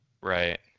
Right